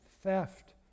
theft